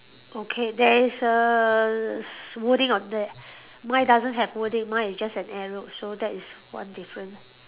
okay there is a s~ wording on there mine doesn't have wording mine is just an arrow so that is one different